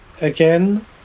Again